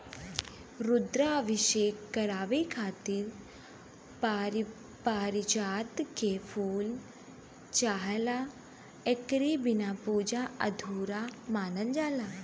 रुद्राभिषेक करावे खातिर पारिजात के फूल चाहला एकरे बिना पूजा अधूरा मानल जाला